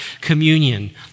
communion